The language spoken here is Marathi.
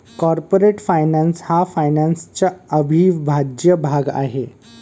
कॉर्पोरेट फायनान्स हा फायनान्सचा अविभाज्य भाग आहे